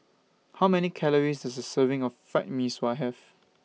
How Many Calories Does A Serving of Fried Mee Sua Have